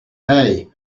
hey